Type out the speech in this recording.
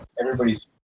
everybody's